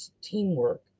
teamwork